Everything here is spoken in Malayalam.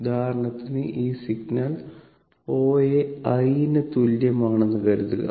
ഉദാഹരണത്തിന് ഈ സിഗ്നൽ O A i ന് തുല്യമാണെന്ന് കരുതുക